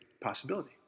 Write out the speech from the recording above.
possibility